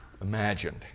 imagined